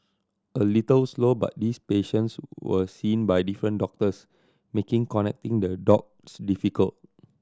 a little slow but these patients were seen by different doctors making connecting the dots difficult